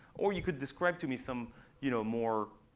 or you could describe to me some you know more